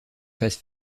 phase